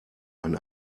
ein